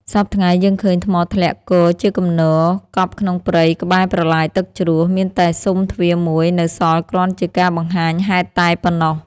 សព្វថ្ងៃយើងឃើញថ្មធ្លាក់គរជាគំនរ កប់ក្នុងព្រៃក្បែរប្រឡាយទឹកជ្រោះ មានតែស៊ុមទ្វារមួយនៅសល់គ្រាន់ជាការបង្ហាញហេតុតែប៉ុណ្ណោះ ។